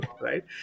right